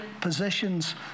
positions